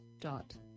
Dot